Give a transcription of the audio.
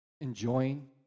enjoying